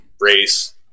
race